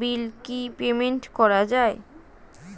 বিল কি পেমেন্ট করা যায়?